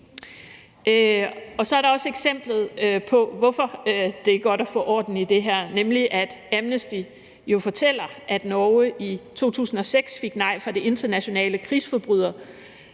Så er der også eksempler på, hvorfor det er godt at få orden i det her, nemlig at Amnesty jo fortæller, at Norge i 2006 fik nej fra Det Internationale Krigsforbrydertribunal